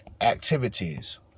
activities